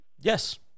Yes